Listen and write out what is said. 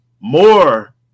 more